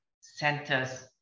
centers